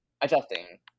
adjusting